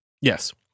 Yes